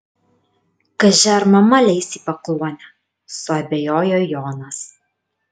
kaži ar mama leis į pakluonę suabejoja jonas